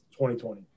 2020